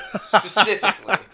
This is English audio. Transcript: Specifically